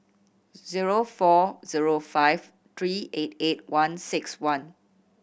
zero four zero five three eight eight one six one